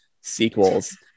sequels